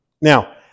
Now